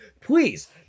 please